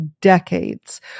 decades